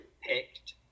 picked